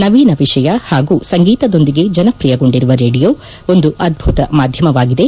ನವೀನ ವಿಷಯ ಹಾಗೂ ಸಂಗೀತದೊಂದಿಗೆ ಜನಪ್ರಿಯಗೊಂಡಿರುವ ರೇಡಿಯೊ ಒಂದು ಅದ್ದುಕ ಮಾಧ್ಯಮವಾಗಿದೆ